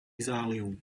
záliv